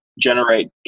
generate